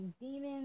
demons